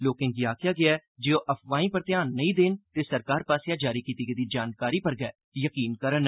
लोकें गी आखेआ गेआ ऐ जे ओह् अफवाहीं पर ध्यान नेई देन ते सरकार आसेआ जारी कीती गेदी जानकारी पर गै यकीन करन